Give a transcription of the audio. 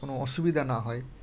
কোনো অসুবিধা না হয়